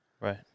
Right